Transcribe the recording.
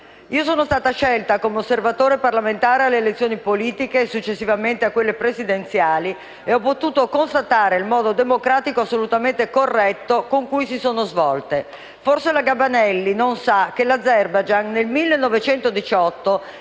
Io sono stata scelta come osservatore parlamentare alle elezioni politiche e, successivamente, a quelle presidenziali e ho potuto constatare il modo democratico assolutamente corretto con cui si sono svolte. Forse la Gabanelli non sa che l'Azerbaigian nel 1918